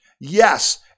Yes